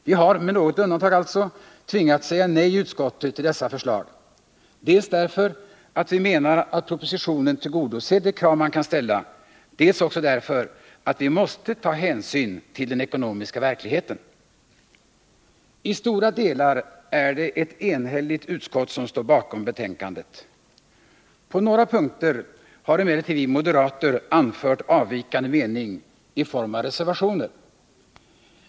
Vi har med något undantag tvingats säga nej i utskottet till dessa förslag, dels därför att vi menar att propositionen tillgodoser de krav man kan ställa, dels också därför att vi måste ta hänsyn till den ekonomiska verkligheten. I stora delar är det ett enhälligt utskott som står bakom betänkandet. På några punkter har emellertid vi moderater anfört avvikande mening i form av reservationer.